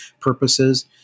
purposes